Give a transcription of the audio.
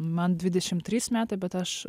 man dvidešimt trys metai bet aš